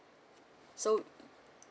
so